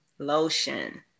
Lotion